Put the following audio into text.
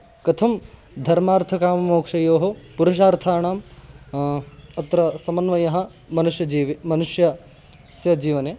कथं धर्मार्थकाममोक्षयोः पुरुषार्थानां अत्र समन्वयः मनुष्यजीवः मनुष्यस्य जीवने